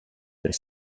per